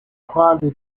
quali